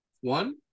One